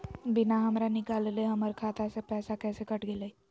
बिना हमरा निकालले, हमर खाता से पैसा कैसे कट गेलई?